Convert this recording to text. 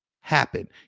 happen